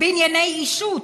בענייני אישות,